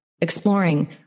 exploring